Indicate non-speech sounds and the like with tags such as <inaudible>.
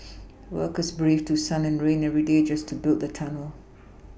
<noise> workers braved through sun and rain every day just to build the tunnel